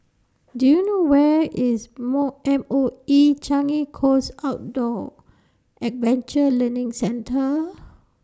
Do YOU know Where IS MOE M O E Changi Coast Outdoor Adventure Learning Centre